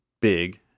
big